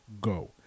Go